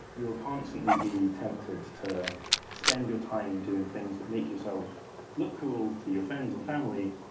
you will constantly be tempted to spend your time doing things that make yourself look cool to your friends and family,